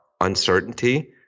uncertainty